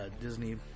disney